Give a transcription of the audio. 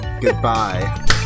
Goodbye